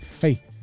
Hey